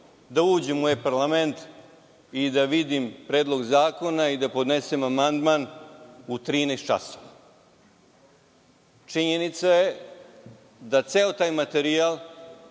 da uđem u e-parlament i da vidim predlog zakona i da podnesem amandman u 13.00 časova. Činjenica je da ceo taj materijal,